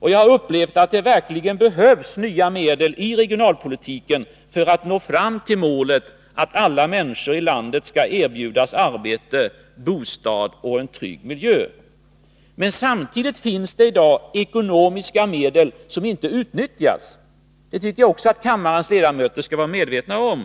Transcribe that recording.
Jag har upplevt att det verkligen behövs nya medel i regionalpolitiken för att nå fram till målet att alla människor i landet skall erbjudas arbete, bostad och en trygg miljö. Samtidigt finns det i dag ekonomiska medel som inte utnyttjas. Det tycker jag att kammarens ledamöter skall vara medvetna om.